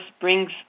brings